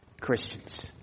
Christians